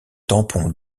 tampon